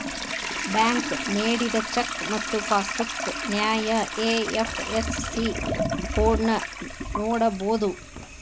bank ನೇಡಿದ cheque ಮತ್ತ passbook ನ್ಯಾಯ ಐ.ಎಫ್.ಎಸ್.ಸಿ ಕೋಡ್ನ ನೋಡಬೋದು